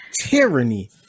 tyranny